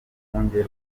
rwunge